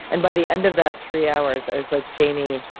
and by the end of that three hours, i was, like, jamy,